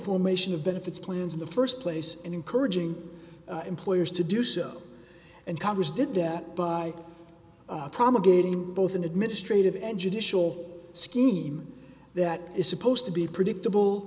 formation of benefits plans in the first place and encouraging employers to do so and congress did that by promulgating both an administrative and judicial scheme that is supposed to be predictable